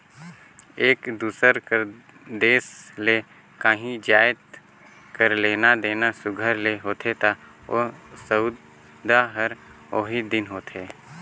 एक दूसर कर देस ले काहीं जाएत कर लेना देना सुग्घर ले होथे ता ओ सउदा हर ओही दिन होथे